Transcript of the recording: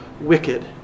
wicked